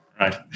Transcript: Right